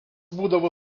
būdavo